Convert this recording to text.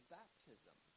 baptism